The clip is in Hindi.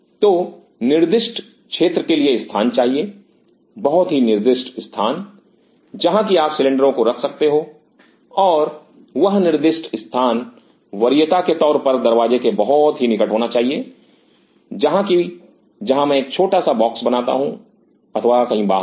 तो निर्दिष्ट क्षेत्र के लिए स्थान चाहिए बहुत ही निर्दिष्ट स्थान जहां कि आप सिलेंडरों को रख सकते हो और वह निर्दिष्ट स्थान वरीयता के तौर पर दरवाज़े के बहुत ही निकट होना चाहिए जहां की जहां मैं एक छोटा सा बॉक्स बनाता हूं अथवा कहीं बाहर